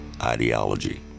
ideology